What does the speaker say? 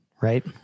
right